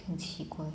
很奇怪